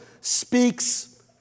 speaks